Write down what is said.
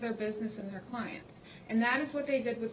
their business and their clients and that is what they did with